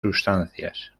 sustancias